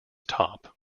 top